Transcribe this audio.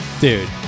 Dude